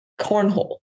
cornhole